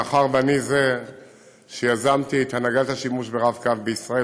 מאחר שאני זה שיזם את הנהגת השימוש ברב-קו בישראל,